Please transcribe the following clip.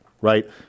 right